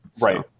Right